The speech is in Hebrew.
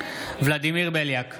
ולדימיר בליאק,